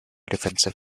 defensive